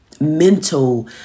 mental